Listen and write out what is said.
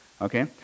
Okay